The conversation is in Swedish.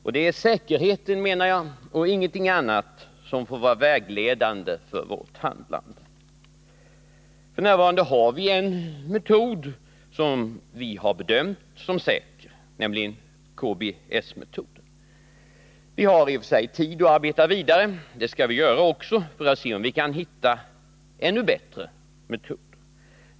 Det är enligt min mening säkerheten och ingenting annat som skall vara vägledande för vårt handlande. F.n. har vi en metod som vi har bedömt som säker, nämligen KBS-metoden. Vi har i och för sig tid att arbeta vidare — och det skall vi också göra -— för att se om vi kan hitta ännu bättre metoder.